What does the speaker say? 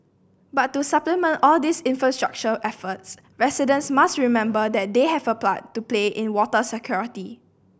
but to supplement all these infrastructure efforts residents must remember that they have a plan to play in water security